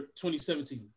2017